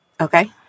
Okay